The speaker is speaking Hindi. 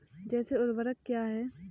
जैव ऊर्वक क्या है?